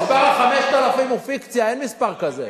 המספר 5,000 הוא פיקציה, אין מספר כזה.